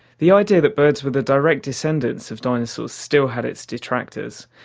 the idea that birds were the direct descendants of dinosaurs still had its detractors,